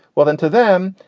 well, then to them.